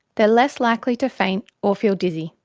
they are less likely to faint or feel dizzy.